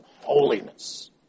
holiness